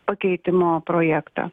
pakeitimo projektą